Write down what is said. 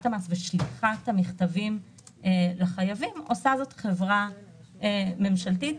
המס ושליחת המכתבים לחייבים עושה חברה ממשלתית,